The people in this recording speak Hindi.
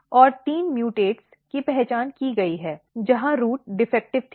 और तीन म्यूटेट की पहचान की गई है जहां रूट डिफेक्टिव थी